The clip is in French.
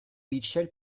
mitchell